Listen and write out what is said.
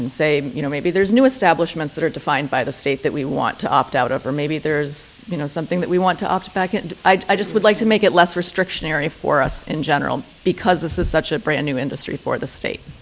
and say you know maybe there's new establishments that are defined by the state that we want to opt out of or maybe there's you know something that we want to opt back and i just would like to make it less restriction area for us in general because this is such a brand new industry for the state